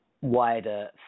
wider